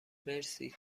مرسی